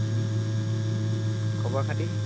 খবৰ খাতি